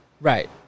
Right